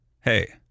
hey